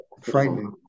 frightening